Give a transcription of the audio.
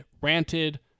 ranted